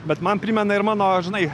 bet man primena ir mano žinai